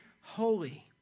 holy